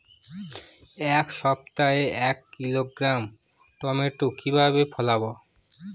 এক সপ্তাহে এক কিলোগ্রাম টমেটো কিভাবে ফলাবো?